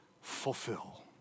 fulfill